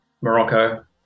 Morocco